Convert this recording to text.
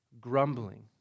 grumbling